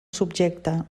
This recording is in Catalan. subjecte